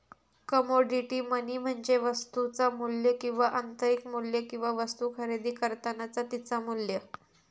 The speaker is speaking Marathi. कमोडिटी मनी म्हणजे वस्तुचा मू्ल्य किंवा आंतरिक मू्ल्य किंवा वस्तु खरेदी करतानाचा तिचा मू्ल्य